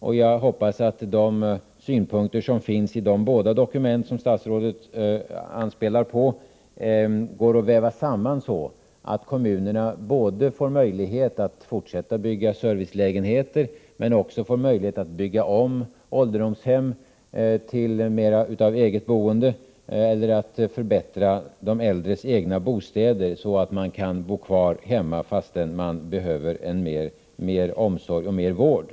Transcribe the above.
Vidare hoppas jag att de synpunkter som återfinns i de båda dokument som statsrådet anspelar på går att väva samman på ett sådant sätt att kommunerna får möjligheter både att fortsätta att bygga servicelägenheter och att bygga om ålderdomshem så, att det blir mera av eget boende. Eller också kan de äldres egna bostäder förbättras, så att de kan bo kvar där, fastän de behöver mer omsorg och mer vård.